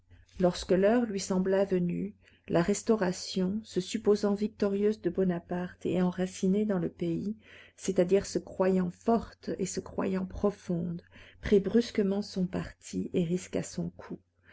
lorsque l'heure lui sembla venue la restauration se supposant victorieuse de bonaparte et enracinée dans le pays c'est-à-dire se croyant forte et se croyant profonde prit brusquement son parti et risqua son coup